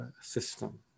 system